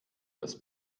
das